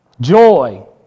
joy